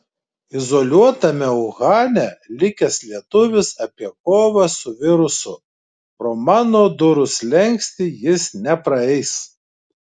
izoliuotame uhane likęs lietuvis apie kovą su virusu pro mano durų slenkstį jis nepraeis